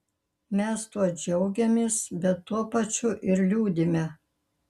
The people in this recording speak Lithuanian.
mes tuo džiaugiamės bet tuo pačiu ir liūdime